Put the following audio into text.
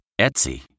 Etsy